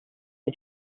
the